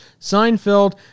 Seinfeld